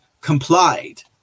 complied